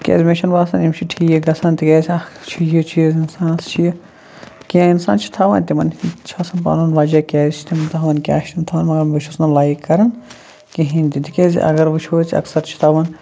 تِکیٛازِ مےٚ چھِنہٕ باسان یِم چھِ ٹھیٖک گژھان تِکیٛازِ اَکھ چھِ یہِ چیٖز اِنسانَس چھِ یہِ کیٚنہہ اِنسان چھِ تھاوان تِمَن چھِ آسان پَنُن وجہ کیٛازِ چھِ تِم تھاوان کیٛاہ چھِنہٕ تھاوان مگر بہٕ چھُس نہٕ لایِک کران کِہیٖنۍ تہِ تِکیٛازِ اگر وٕچھو أسۍ اکثر چھِ تھاوان